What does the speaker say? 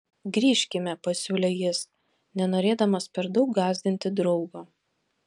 grįžkime pasiūlė jis nenorėdamas per daug gąsdinti draugo